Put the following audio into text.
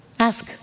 Ask